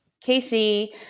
Casey